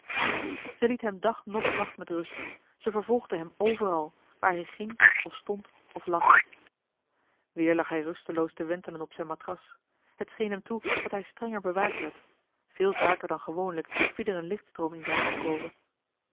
ze liet hem dag noch nacht met rust ze vervolgde hem overal waar hij ging of stond of lag weer lag hij rusteloos te wentelen op zijne matras het scheen hem toe dat hij strenger bewaakt werd veel vaker dan gewoonlijk viel er een lichtstroom in zijne